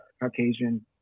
Caucasian